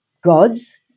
gods